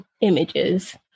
images